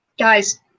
Guys